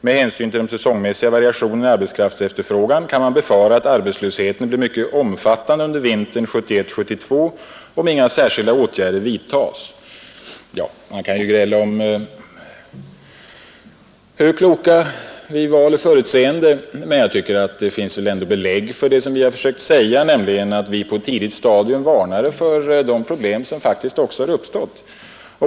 Med hänsyn till de säsongmässiga variationerna i arbetskraftsefterfrågan kan man befara att arbetslösheten blir mycket omfattande under vintern 1971/72, om inga särskilda åtgärder vidtas.” Man kan ju gräla om hur kloka och förutseende vi var den gången. Jag tycker ändå att det finns belägg för vad vi har försökt säga, nämligen att vi på ett tidigt stadium varnade för de problem som faktiskt också har uppstått.